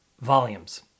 volumes